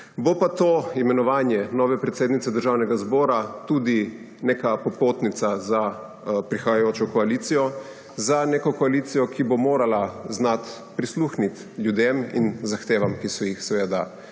Bo pa to imenovanje nove predsednice Državnega zbora tudi neka popotnica za prihajajočo koaliciji. Za neko koalicijo, ki bo morala znati prisluhniti ljudem in zahtevam, ki so jih seveda